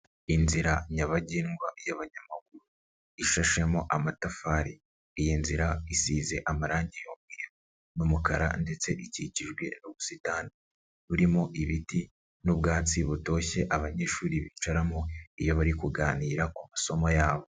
Inzira nyabagendwa y'abanyamaguru ishashemo amatafari. Iyi nzira isize amarangi y'umweru n'umukara ndetse ikikijwe n'ubusitani burimo ibiti n'ubwatsi butoshye abanyeshuri bicaramo iyo bari kuganira ku masomo yabo.